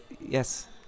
Yes